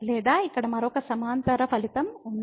లేదా ఇక్కడ మరొక సమాంతర ఫలితం ఉంది